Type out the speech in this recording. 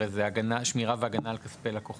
הרי זה שמירה והגנה על כספי לקוחות.